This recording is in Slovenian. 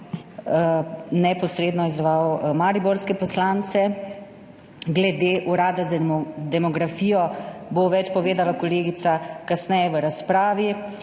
neposredno izzval mariborske poslance. Glede Urada za demografijo bo več povedala kolegica kasneje v razpravi,